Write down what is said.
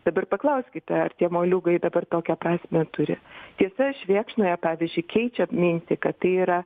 dabar paklauskite ar tie moliūgai dabar tokią prasmę turi tiesa švėkšnoje pavyzdžiui keičia mintį kad tai yra